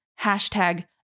hashtag